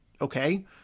okay